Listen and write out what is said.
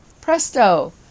Presto